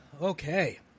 Okay